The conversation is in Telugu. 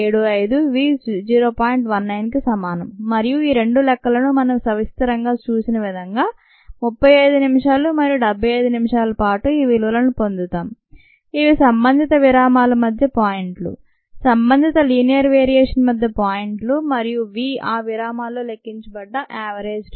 19 కి సమానం మరియు ఈ రెండు లెక్కలను మనం సవిస్తరంగా చూసినవిధంగా 35 నిమిషాలు మరియు 75 నిమిషాల పాటు ఈ విలువలను పొందుతాం ఇవి సంబంధిత విరామాల మధ్య పాయింట్ లు సంబంధిత లినియర్ వేరియేషన్ మధ్య పాయింట్ లు మరియు v ఆ విరామాల్లో లెక్కించబడ్డ యావరేజ్ రేట్